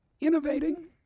innovating